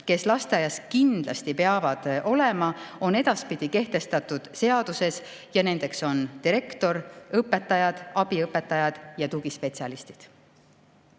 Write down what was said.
kes lasteaias kindlasti peavad olema, on edaspidi kehtestatud seaduses. Nendeks on direktor, õpetajad, abiõpetajad ja tugispetsialistid.